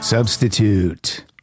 Substitute